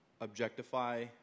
objectify